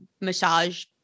massage